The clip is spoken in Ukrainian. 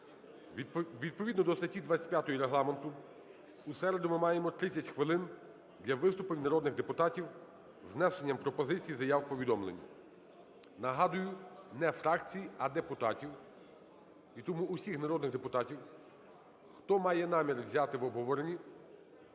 Відповідно до статті 25 Регламенту у середу ми маємо 30 хвилин для виступів народних депутатів з внесенням пропозицій, заяв, повідомлень. Нагадую, не фракцій, а депутатів І тому всіх народних депутатів, хто має намір взяти в обговоренні,